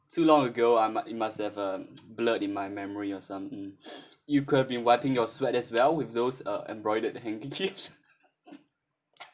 so long ago I mu~ it must have uh blurred in my memory or some mm you could be wiping your sweat as well with those uh embroidered handkerchiefs